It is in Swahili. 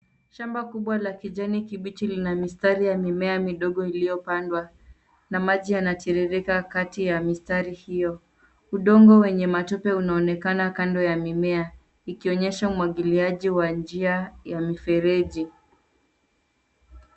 Shamba kubwa la kijani kibichi lina mistari ya mimea midogo iliyopandwa, na maji yanatiririka kati ya mistari hiyo. Udongo wenye matope unaonekana kando ya mimea, ikionyesha umemwagiliji kwa njia ya mfereji.